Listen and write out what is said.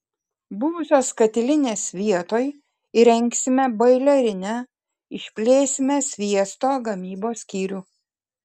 buvusios katilinės vietoj įrengsime boilerinę išplėsime sviesto gamybos skyrių